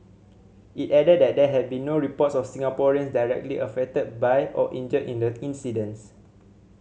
it added that there had been no reports of Singaporeans directly affected by or injured in the incidents